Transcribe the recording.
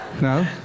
No